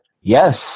Yes